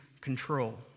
control